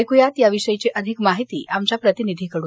एक्र्यात या विषयीची अधिक माहिती आमच्या प्रतिनिधीकडून